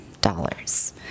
dollars